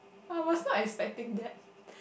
I was not expecting that